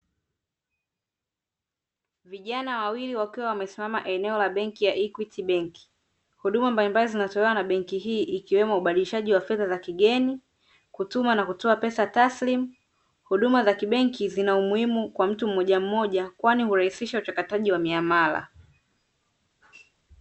Vijana wawili wakiwa wamesimama eneo la benki ya Equity Bank. Huduma mbalimbali zinatolewa na benki hii ikiwemo; ubadilishaji wa fedha za kigeni, kutuma, na kutoa pesa taslimu . Huduma za kibenki zina umuhimu kwa mtu mmoja mmoja kwani hurahisisha uchakataji wa miamala.